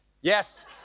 Yes